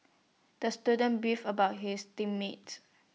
the student beefed about his team mates